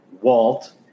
Walt